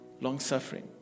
longsuffering